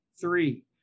three